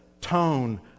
tone